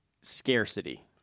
scarcity